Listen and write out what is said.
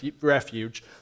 refuge